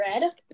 red